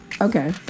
Okay